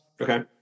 Okay